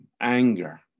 Anger